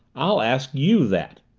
i'll ask you that!